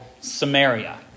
Samaria